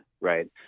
right